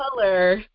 color